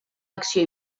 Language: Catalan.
acció